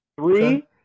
Three